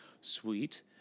Sweet